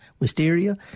wisteria